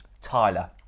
Tyler